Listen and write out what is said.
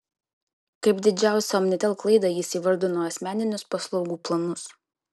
kaip didžiausią omnitel klaidą jis įvardino asmeninius paslaugų planus